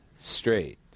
straight